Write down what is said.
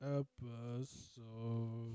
episode